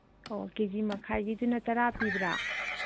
ꯑꯣ ꯀꯦꯖꯤ ꯃꯈꯥꯏꯒꯤꯗꯨꯅ ꯇꯔꯥ ꯄꯤꯕ꯭ꯔꯥ